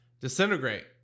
Disintegrate